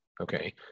Okay